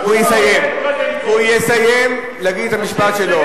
הוא יסיים להגיד את המשפט שלו.